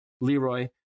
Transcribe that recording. Leroy